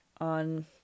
on